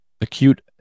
acute